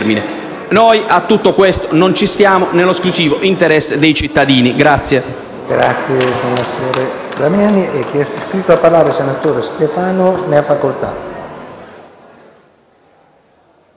A tutto questo non ci stiamo, nell'esclusivo interesse dei cittadini.